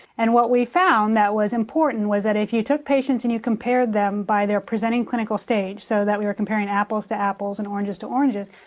and what we found that was important was that if you took patients and you compared them by their presenting clinical stage, so that we were comparing apples to apples and oranges to oranges,